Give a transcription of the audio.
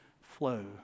flow